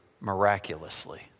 miraculously